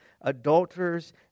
adulterers